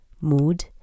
mood